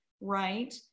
right